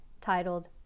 titled